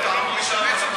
המשבץ.